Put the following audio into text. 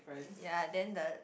ya then the